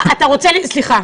סליחה,